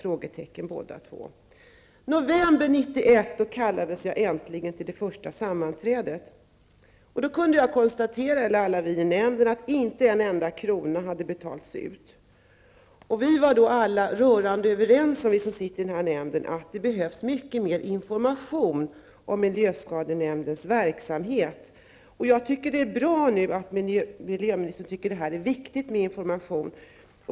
I november 1991 kallades jag äntligen till det första sammanträdet. Då kunde alla i nämnden konstatera att inte en enda krona hade betalats ut. Alla i nämnden var då rörande överens om att det behövs mycket mera information om miljöskadenämndens verksamhet. Jag tycker att det är bra att miljöministern anser att det är viktigt med information.